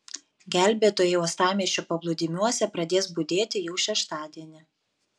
gelbėtojai uostamiesčio paplūdimiuose pradės budėti jau šeštadienį